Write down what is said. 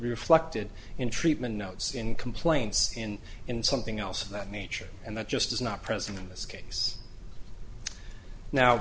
reflected in treatment notes in complaints in in something else of that nature and that just is not present in this case now